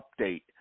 update